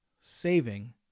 saving